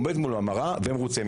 עומד מול המראה ומרוצה?